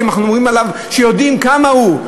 שאנחנו אומרים עליו שיודעים כמה הם,